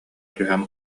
түһэн